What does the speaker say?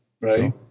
right